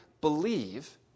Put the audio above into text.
believe